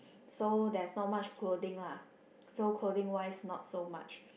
so there's not much clothing lah so clothing wise not so much